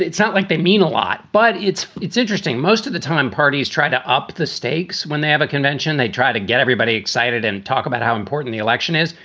it's not like they mean a lot, but it's it's interesting. most of the time parties try to up the stakes when they have a convention, they try to get everybody excited and talk about how important the election is.